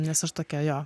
nes aš tokia jo